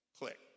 Click